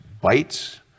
bites